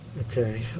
Okay